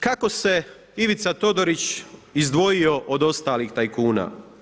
Kako se Ivica Todorić izdvojio od ostalih tajkuna?